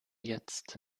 jetzt